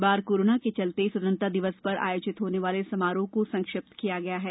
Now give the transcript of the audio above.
इस बार कोरोना के चलते स्वतंत्रता दिवस पर आयोजित होने वाले समारोह को संक्षिप्त किया गया है